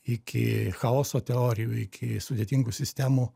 iki chaoso teorijų iki sudėtingų sistemų